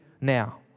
now